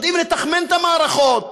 יודעים לתחמן את המערכות.